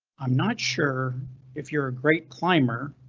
i'm not sure if you're a great climber,